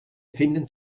finden